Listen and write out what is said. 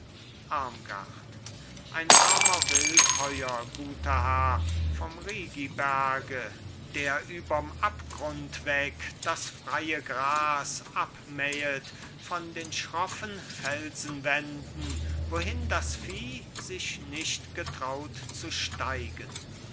ein armer wildheuer guter herr vom rigiberge der überm abgrund weg das freie gras abmähet von den schroffen felsenwänden wohin das vieh sich nicht getraut zu steigen